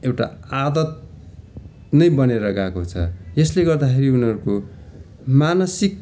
एउटा आदत नै बनेर गएको छ यसले गर्दाखेरि उनीहरूको मानसिक